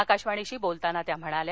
आकाशवाणीशी बोलताना त्या म्हणाल्या